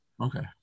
Okay